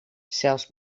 zelfs